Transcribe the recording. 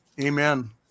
Amen